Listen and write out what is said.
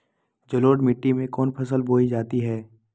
जलोढ़ मिट्टी में कौन फसल बोई जाती हैं?